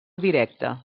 directe